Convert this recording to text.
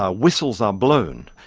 ah whistles are blown,